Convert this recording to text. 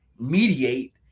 mediate